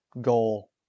goal